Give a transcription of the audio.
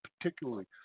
particularly